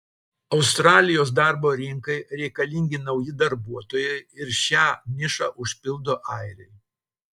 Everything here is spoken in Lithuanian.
australijos darbo rinkai reikalingi nauji darbuotojai ir šią nišą užpildo airiai